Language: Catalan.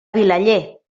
vilaller